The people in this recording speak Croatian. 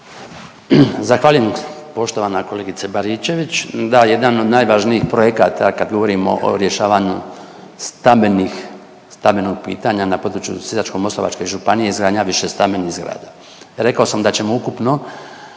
Zahvaljujem poštovana kolegice Baričević. Da jedan od najvažnijih projekata kad govorimo o rješavanju stambenih, stambenog pitanja na području Sisačko-moslavačke županije izgradnja višestambenih zgrada. Rekao sam da ćemo ukupno